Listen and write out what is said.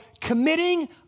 committing